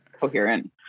coherent